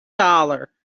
dollar